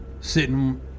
sitting